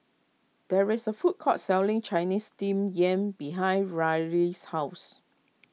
there is a food court selling Chinese Steamed Yam behind Ryleigh's house